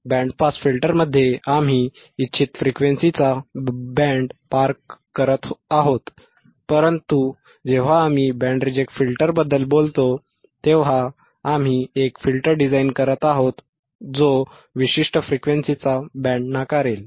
band pass फिल्टरमध्ये आम्ही इच्छित फ्रिक्वेन्सीचा बँड पार करत आहोत परंतु जेव्हा आम्ही बँड रिजेक्ट फिल्टरबद्दल बोलतो तेव्हा आम्ही एक फिल्टर डिझाइन करत आहोत जो विशिष्ट फ्रिक्वेन्सीचा बँड नाकारेल